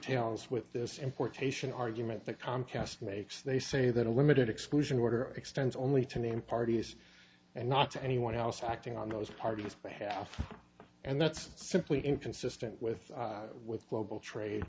dovetails with this importation argument that comcast makes they say that a limited exclusion order extends only to named parties and not to anyone else acting on those party's behalf and that's simply inconsistent with with global trade